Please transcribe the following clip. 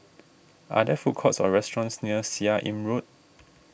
are there food courts or restaurants near Seah Im Road